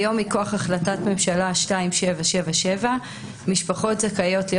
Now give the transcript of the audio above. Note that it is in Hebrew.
היום מכוח החלטת ממשלה 2777 משפחות זכאיות להיות